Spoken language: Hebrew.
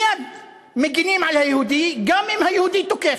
מייד מגינים על היהודי, גם אם היהודי תוקף.